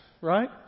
right